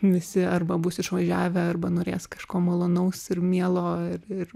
visi arba bus išvažiavę arba norės kažko malonaus ir mielo ir ir